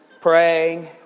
praying